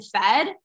fed